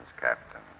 Captain